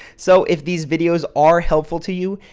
so if these videos are helpful to you,